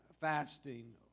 fasting